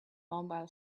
mobile